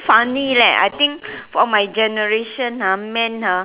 funny leh I think for my generation ah men ah